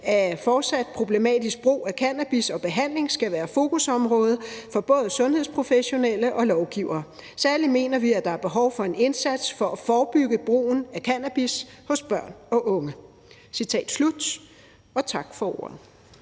af fortsat problematisk brug af cannabis og behandling skal være fokusområde for både sundhedsprofessionelle og lovgivere. Særligt mener vi, at der er behov for en indsats for at forebygge brugen af cannabis hos børn og unge.« Tak for ordet.